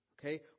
okay